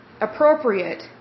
appropriate